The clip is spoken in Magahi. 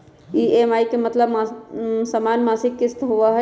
ई.एम.आई के मतलब समान मासिक किस्त होहई?